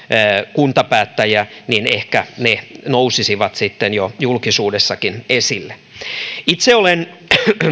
kuntapäättäjiä ehkä he nousisivat sitten jo julkisuudessakin esille